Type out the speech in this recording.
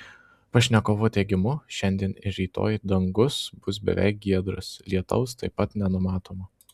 pašnekovo teigimu šiandien ir rytoj dangus bus beveik giedras lietaus taip pat nenumatoma